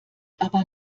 aber